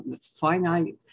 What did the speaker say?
finite